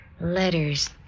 Letters